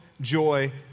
joy